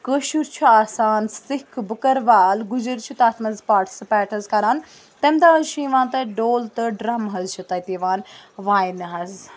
کٲشٕر چھُ آسان سِکھ بٔکٕروال گُجِرۍ چھِ تَتھ منٛز پاٹسِپیٹ حظ کَران تَمہِ دۄہ حظ چھِ یِوان تَتہِ ڈول تہٕ ڈرٛم حظ چھِ تَتہِ یِوان واینہ حظ